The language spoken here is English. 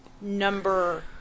number